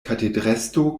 katedrestro